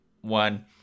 one